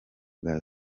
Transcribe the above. bwa